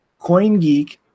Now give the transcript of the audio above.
CoinGeek